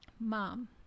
Mom